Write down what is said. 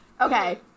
Okay